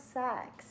sex